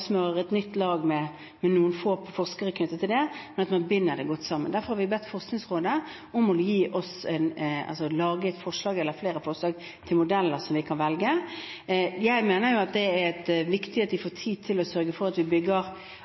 smører på et nytt lag med noen få forskere knyttet til det, men at man binder det godt sammen. Derfor har vi bedt Forskningsrådet om å lage forslag til modeller som vi kan velge. Jeg mener at det er viktig at de får tid til å sørge for at vi bygger